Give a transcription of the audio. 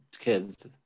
kids